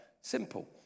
Simple